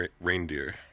reindeer